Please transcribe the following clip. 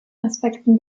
aspekten